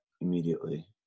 immediately